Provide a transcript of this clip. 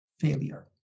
failure